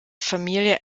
familie